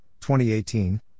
2018